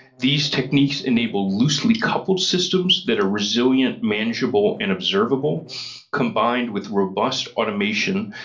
these techniques enable loosely coupled systems that are resilient, manageable and observable combined with robust automation.